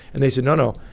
and they said no, no.